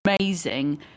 amazing